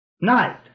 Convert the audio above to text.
night